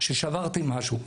ששברתי משהו.